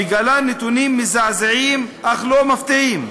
מגלה נתונים מזעזעים אך לא מפתיעים: